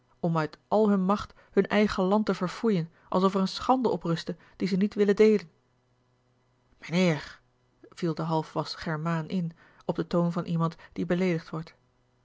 om uit al hunne macht hun eigen land te verfoeien alsof er eene schande op rustte die ze niet willen deelen mijnheer viel de halfwas germaan in op den toon van iemand die beleedigd wordt